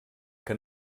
que